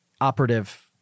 operative